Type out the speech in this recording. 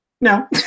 No